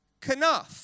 kanaf